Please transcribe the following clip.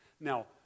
Now